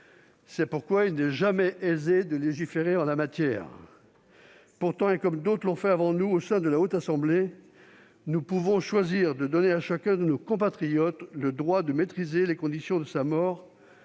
C'est pourquoi il n'est jamais aisé de légiférer en la matière. Pourtant, et comme d'autres l'ont fait avant nous au sein de la Haute Assemblée, nous pouvons choisir de donner à chacun de nos compatriotes le droit de maîtriser les conditions de sa mort,